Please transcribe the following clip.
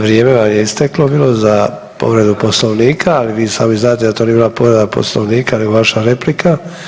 Vrijeme vam je isteklo bilo za povredu Poslovnika, ali vi sami znate da to nije bila povreda Poslovnika nego vaša replika.